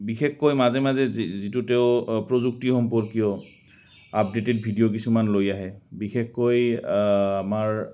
বিশেষকৈ মাজে মাজে যি যিটো তেওঁ প্ৰযুক্তি সম্পৰ্কীয় আপডে'টেড ভিডিঅ' কিছুমান লৈ আহে বিশেষকৈ আমাৰ